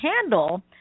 handle